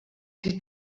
die